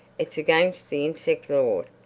it's against the insect law,